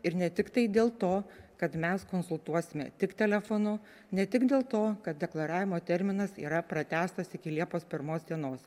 ir ne tiktai dėl to kad mes konsultuosime tik telefonu ne tik dėl to kad deklaravimo terminas yra pratęstas iki liepos pirmos dienos